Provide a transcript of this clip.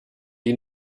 die